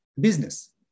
business